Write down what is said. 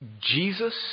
Jesus